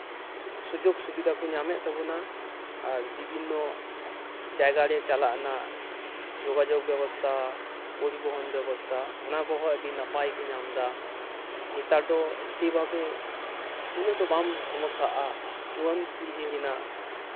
ᱥᱩᱡᱳᱜ ᱥᱩᱵᱤᱫᱷᱟ ᱠᱚ ᱧᱟᱢ ᱮᱫ ᱛᱟᱵᱳᱱᱟ ᱟᱨ ᱟᱹᱰᱤᱜᱟᱱ ᱡᱟᱭᱜᱟᱨᱮ ᱪᱟᱞᱟᱜ ᱨᱮᱱᱟᱜ ᱡᱳᱜᱟᱡᱳᱜ ᱵᱮᱵᱚᱥᱛᱷᱟ ᱯᱚᱨᱤᱵᱚᱦᱚᱱ ᱵᱮᱵᱚᱥᱛᱷᱟ ᱚᱱᱟ ᱠᱚᱦᱚᱸ ᱟᱹᱰᱤ ᱱᱟᱯᱟᱭ ᱠᱚ ᱧᱟᱢ ᱮᱫᱟ ᱱᱮᱛᱟᱨ ᱫᱚ ᱥᱮᱭ ᱵᱷᱟᱵᱮ ᱩᱱᱟᱹᱜ ᱫᱚ ᱵᱟᱢ ᱥᱚᱢᱚᱥᱥᱟᱼᱟ ᱡᱩᱣᱟᱹᱱ ᱯᱤᱲᱦᱤ ᱨᱮᱱᱟᱜ